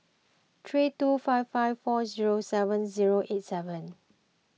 three two five five four zero seven zero eight seven